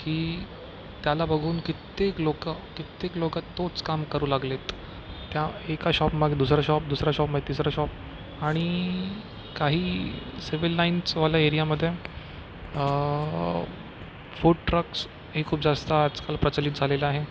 की त्याला बघून कित्येक लोक कित्येक लोक तोच काम करू लागलेत त्या एका शॉपमागे दुसरं शॉप दुसऱ्या शॉपमागे तिसरं शॉप आणि काही सिविल लाइन्सवाल्या एरियामध्ये फूड ट्रक्स हे खूप जास्त आजकाल प्रचलित झालेलं आहे